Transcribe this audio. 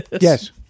Yes